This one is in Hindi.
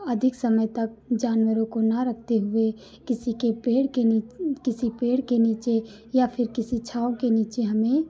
अधिक समय तक जानवरों को न रखते हुए किसी के पेड़ के किसी पेड़ के नीचे या फिर किसी छाँव के नीचे हमें